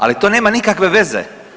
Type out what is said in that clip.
Ali to nema nikakve veze.